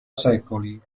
secoli